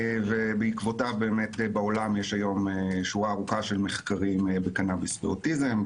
בעקבותיו יש היום בעולם שורה ארוכה של מחקרים בקנאביס באוטיזם,